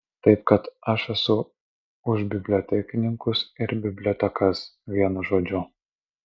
taip kad aš esu už bibliotekininkus ir bibliotekas vienu žodžiu